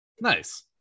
nice